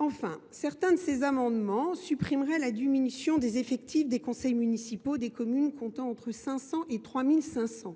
Enfin, certains de ces amendements ont pour objet de supprimer la diminution des effectifs des conseils municipaux des communes comptant entre 500 et 3 500